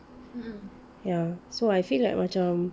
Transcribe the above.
ya so I feel like macam